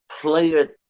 player